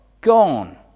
gone